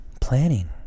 planning